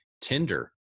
Tinder